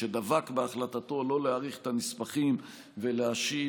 שדבק בהחלטתו לא להאריך את הנספחים ולהשיב,